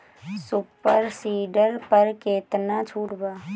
Super seeder पर केतना छूट बा?